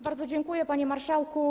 Bardzo dziękuję, panie marszałku.